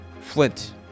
Flint